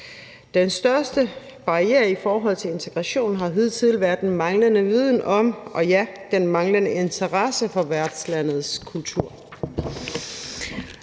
Den største barriere i forhold til integrationen har hidtil været den manglende viden om og ja, den manglende interesse for værtslandets kultur.